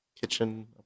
kitchen